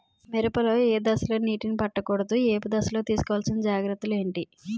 మిరప లో ఏ దశలో నీటినీ పట్టకూడదు? ఏపు దశలో తీసుకోవాల్సిన జాగ్రత్తలు ఏంటి?